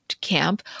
camp